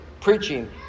preaching